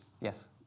Yes